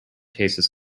tastes